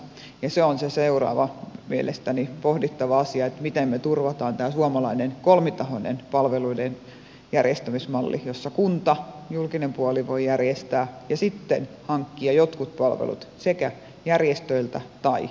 ja se on mielestäni seuraava pohdittava asia että miten me turvaamme tämän suomalaisen kolmitahoisen palveluiden järjestämismallin jossa kunta julkinen puoli voi järjestää ja sitten hankkia jotkut palvelut järjestöiltä tai yrityksiltä